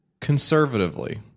Conservatively